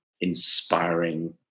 inspiring